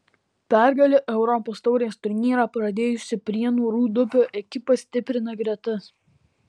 pergale europos taurės turnyrą pradėjusi prienų rūdupio ekipa stiprina gretas